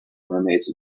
mermaids